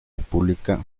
república